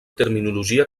terminologia